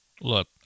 Look